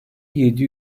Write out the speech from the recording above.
yedi